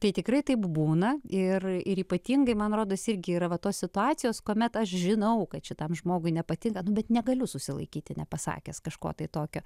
tai tikrai taip būna ir ir ypatingai man rodos irgi yra vat tos situacijos kuomet aš žinau kad šitam žmogui nepatiks bet negaliu susilaikyti nepasakęs kažko tai tokio